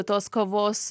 tos kavos